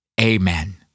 Amen